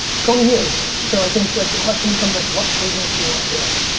it's going to you. so i think like the question becomes like what business do you want to build?